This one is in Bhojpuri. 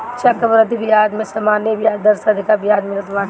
चक्रवृद्धि बियाज में सामान्य बियाज दर से अधिका बियाज मिलत बाटे